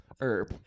Herb